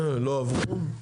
לא עברו.